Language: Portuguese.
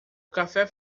café